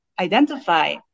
identify